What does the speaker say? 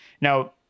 Now